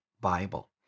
Bible